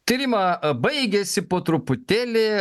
tai rima baigiasi po truputėlį